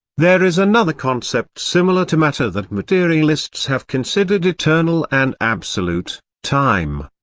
there is another concept similar to matter that materialists have considered eternal and absolute time.